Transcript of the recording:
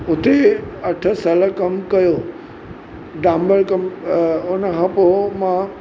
उते अठ साल कमु कयो डांबर कं उनखां पोइ मां